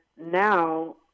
now